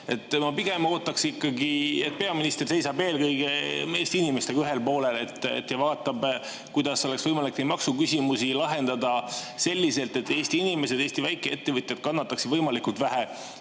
Ma pigem ootaksin ikkagi, et peaminister seisab eelkõige Eesti inimestega ühel poolel ja vaatab, kuidas oleks võimalik maksuküsimusi lahendada selliselt, et Eesti inimesed ja Eesti väikeettevõtjad kannataksid võimalikult vähe.